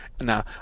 Now